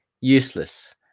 useless